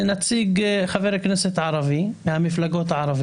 הגיע לבית המשפט והוא חבר כנסת בזכות זה שביטלו לו את החלטת ועדת